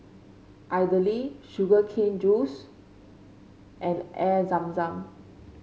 idly Sugar Cane Juice and Air Zam Zam